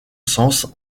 sens